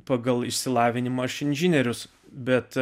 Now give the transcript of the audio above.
pagal išsilavinimą aš inžinierius bet